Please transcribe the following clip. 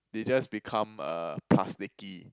they just become plasticky